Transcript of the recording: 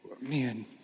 man